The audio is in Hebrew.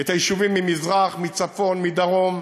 את היישובים ממזרח, מצפון, מדרום,